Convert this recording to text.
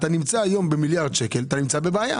אתה היום במילאירד שקל אתה בבעיה.